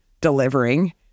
delivering